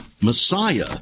Messiah